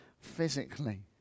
physically